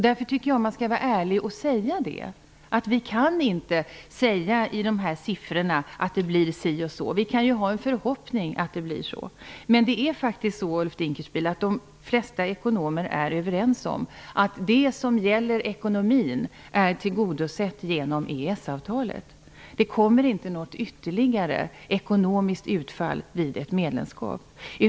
Därför tycker jag att man skall vara ärlig och säga att vi utifrån de olika siffrorna inte kan säga hur det blir men att vi kan ha en förhoppning om hur det blir. De flesta ekonomer, Ulf Dinkelspiel, är faktiskt överens om att det som gäller ekonomin är tillgodosett genom EES-avtalet. Det blir inte något ytterligare när det gäller det ekonomiska utfallet vid ett medlemskap.